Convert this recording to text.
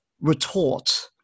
retort